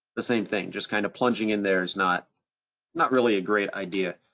the same thing, just kind of plunging in there is not not really a great idea.